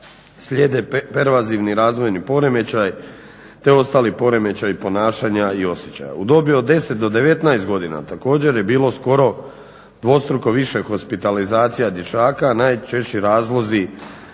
slijede pervazivni razvojni poremećaj te ostali poremećaji ponašanja i osjećaja. U dobi od 10 do 19 godina također je bilo skoro dvostruko više hospitalizacija dječaka. Najčešći razlozi